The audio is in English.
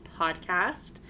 Podcast